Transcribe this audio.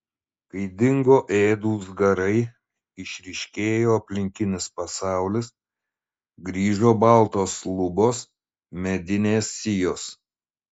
kai dingo ėdūs garai išryškėjo aplinkinis pasaulis grįžo baltos lubos medinės sijos